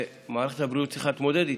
שמערכת הבריאות צריכה להתמודד איתם.